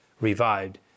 revived